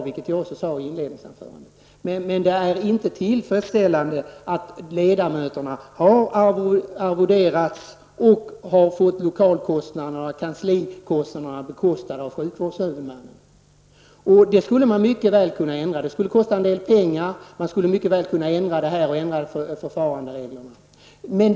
Det sade jag också i mitt inledningsanförande. Men det är inte tillfredsställande att ledamöterna har arvoderats eller att lokal och kanslikostnaderna har fått bestridas av sjukvårdshuvudmännen. Det skulle mycket väl gå att åstadkomma en ändring här när det gäller förfarandereglerna. Men det skulle kosta en del.